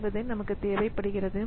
செய்வது நமக்கு தேவைப்படுகிறது